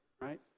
right